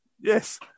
Yes